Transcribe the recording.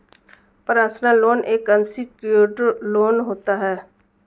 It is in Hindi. पर्सनल लोन एक अनसिक्योर्ड लोन होता है